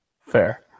Fair